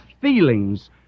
feelings